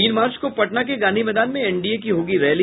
तीन मार्च को पटना के गांधी मैदान में एनडीए की होगी रैली